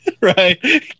Right